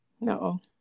No